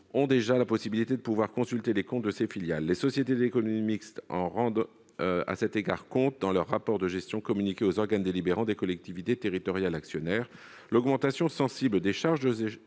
ont déjà la possibilité de consulter les comptes de ces filiales. Les sociétés d'économie mixte en rendent compte dans leur rapport de gestion communiqué aux organes délibérants des collectivités territoriales actionnaires. L'augmentation sensible des charges de